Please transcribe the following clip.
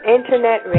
Internet